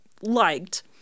liked